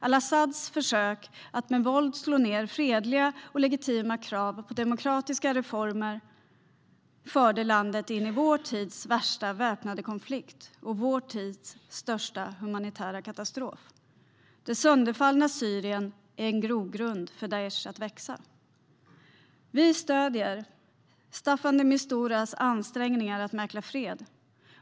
Al-Asads försök att med våld slå ned fredliga och legitima krav på demokratiska reformer förde landet in i vår tids värsta väpnade konflikt och största humanitära katastrof. Det sönderfallna Syrien är en grogrund för Daish att växa. Vi stödjer Staffan de Misturas ansträngningar att mäkla fred.